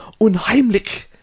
unheimlich